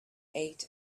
ate